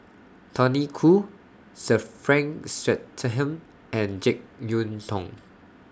Tony Khoo Sir Frank Swettenham and Jek Yeun Thong